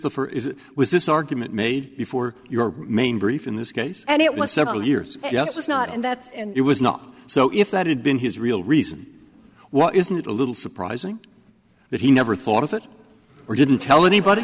the for is it was this argument made before your main brief in this case and it was several years yes it's not and that it was not so if that had been his real reason why isn't it a little surprising that he never thought of it or didn't tell anybody